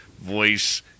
voice